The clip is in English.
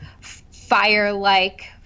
fire-like